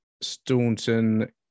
Staunton